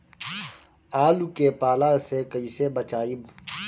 आलु के पाला से कईसे बचाईब?